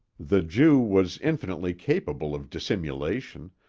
the jew was infinitely capable of dissimulation,